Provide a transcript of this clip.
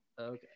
okay